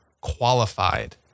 qualified